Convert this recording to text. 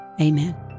Amen